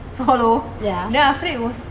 swallow ya then after that it was